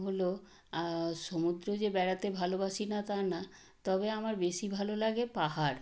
হলো সমুদ্র যে বেড়াতে ভালোবাসি না তা না তবে আমার বেশি ভালো লাগে পাহাড়